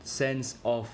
sense of